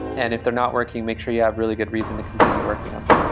and if they're not working, make sure you have really good reason to continue working on them.